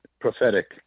prophetic